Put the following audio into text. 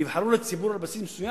נבחרו על-ידי